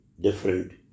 different